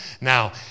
Now